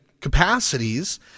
capacities